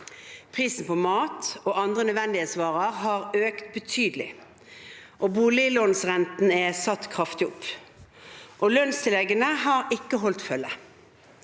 Prisen på mat og andre nødvendighetsvarer har økt betydelig, boliglånsrenten er satt kraftig opp, og lønnstilleggene har ikke holdt følge.